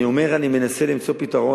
אני אומר שאני מנסה למצוא פתרון,